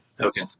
Okay